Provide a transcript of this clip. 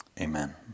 Amen